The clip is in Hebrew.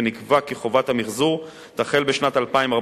ונקבע כי חובת המיחזור תחל בשנת 2014,